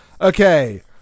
Okay